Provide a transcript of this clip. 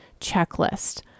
checklist